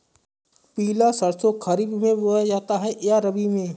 पिला सरसो खरीफ में बोया जाता है या रबी में?